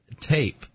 tape